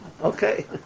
Okay